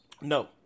No